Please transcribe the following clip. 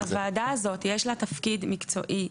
הוועדה הזאת יש לה תפקיד מקצועי.